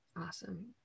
awesome